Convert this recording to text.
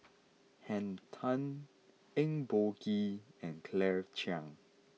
Henn Tan Eng Boh Kee and Claire Chiang